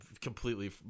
completely